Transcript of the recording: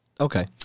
Okay